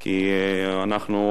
כי אנחנו,